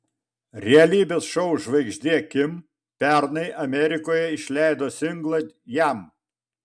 realybės šou žvaigždė kim pernai amerikoje išleido singlą jam